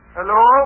Hello